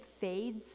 fades